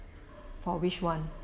for which [one]